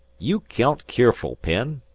you count keerful, penn.